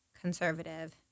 conservative